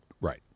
right